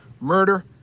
murder